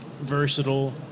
versatile